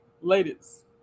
Ladies